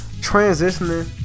transitioning